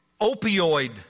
opioid